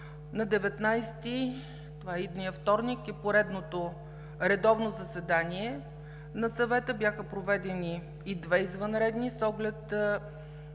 На 19 декември, идния вторник, е поредното редовно заседание на Съвета, а бяха проведени и две извънредни, с оглед